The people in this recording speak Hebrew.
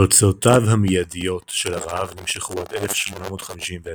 תוצאותיו המיידיות של הרעב נמשכו עד 1851,